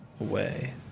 away